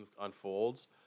unfolds